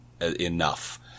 enough